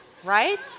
right